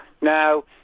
Now